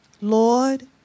Lord